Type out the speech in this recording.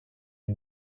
une